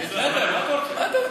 מה זה?